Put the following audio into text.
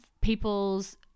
people's